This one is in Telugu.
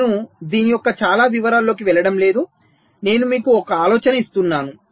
నేను దీని యొక్క చాలా వివరాలలోకి వెళ్ళడం లేదు నేను మీకు ఒక ఆలోచన ఇస్తున్నాను